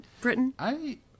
Britain